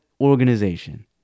organization